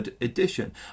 edition